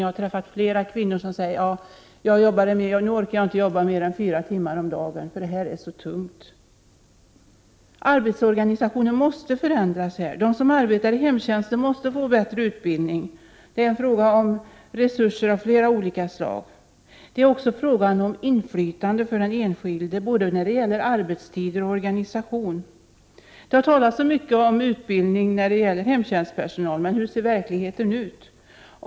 Jag har träffat flera kvinnor som sagt: Jag har jobbat mer, men nu orkar jag inte jobba mer än fyra timmar om dagen, för det här arbetet är så tungt. Arbetsorganisationen måste förändras. De som arbetar i hemtjänsten måste få bättre utbildning. Det är en fråga om resurser av flera olika slag. Det är också fråga om inflytande för den enskilde när det gäller både arbetstider och organisation. Det har talats så mycket om utbildning när det gäller hemtjänstpersonal, men hur ser verkligheten ut?